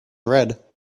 red